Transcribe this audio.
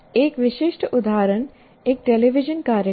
एक विशिष्ट उदाहरण एक टेलीविजन कार्यक्रम है